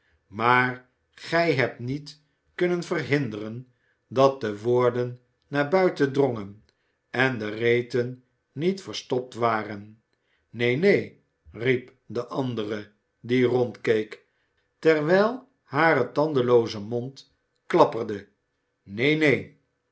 maar gij hebt niet kunnen verhinderen dat de woorden naar buiten drongen en de reten niet verstopt waren neen neen riep de andere die rondkeek terwijl hare tandelooze mond klapperde neen neen